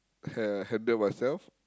ha~ handle myself